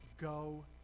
Go